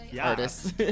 artists